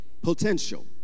potential